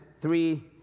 three